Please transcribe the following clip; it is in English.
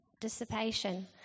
dissipation